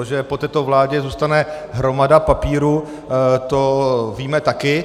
Že po této vládě zůstane hromada papírů, víme taky.